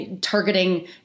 targeting